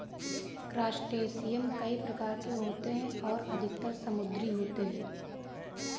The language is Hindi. क्रस्टेशियन कई प्रकार के होते हैं और अधिकतर समुद्री होते हैं